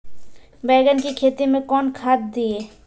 बैंगन की खेती मैं कौन खाद दिए?